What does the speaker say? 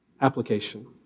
Application